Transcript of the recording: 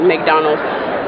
McDonald's